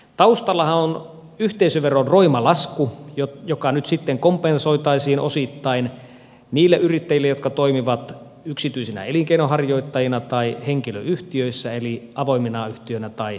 taustallahan on yhteisöveron roima lasku joka nyt sitten kompensoitaisiin osittain niille yrittäjille jotka toimivat yksityisinä elinkeinonharjoittajina tai henkilöyhtiöissä eli avoimena yhtiönä tai kommandiittiyhtiönä